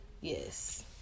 Yes